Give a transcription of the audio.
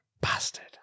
Bastard